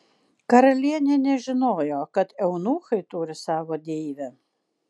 karalienė nežinojo kad eunuchai turi savo deivę